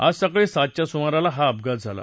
आज सकाळी सातच्या सुमाराला हा अपघात झाला